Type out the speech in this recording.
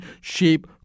shape